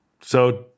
So-